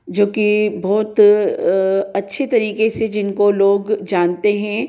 जो कि बहुत अच्छे तरीके से जिनको लोग जानते हैं